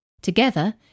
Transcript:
together